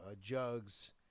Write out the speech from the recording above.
Jugs